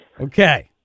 Okay